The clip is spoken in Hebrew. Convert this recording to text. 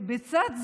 לצד זה,